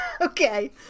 Okay